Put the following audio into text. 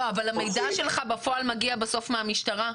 לא, אבל המידע שלך בפועל מגע בסוף מהמשטרה?